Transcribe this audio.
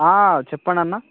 చెప్పండన్నా